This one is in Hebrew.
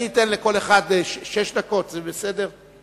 אני אתן לכל אחד שש דקות, או יותר,